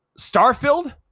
Starfield